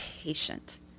patient